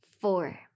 four